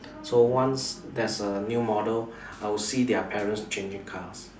so once there's a new model I will see their parents changing cars